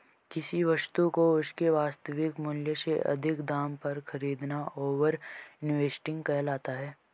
किसी वस्तु को उसके वास्तविक मूल्य से अधिक दाम पर खरीदना ओवर इन्वेस्टिंग कहलाता है